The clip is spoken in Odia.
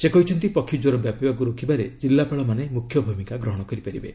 ସେ କହିଛନ୍ତି ପକ୍ଷୀ ଜ୍ୱର ବ୍ୟାପିବାକୁ ରୋକିବାରେ ଜିଲ୍ଲାପାଳମାନେ ମ୍ରଖ୍ୟ ଭୂମିକା ଗ୍ରହଣ କରିପାରିବେ